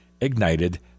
ignited